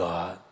God